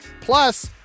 Plus